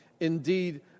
Indeed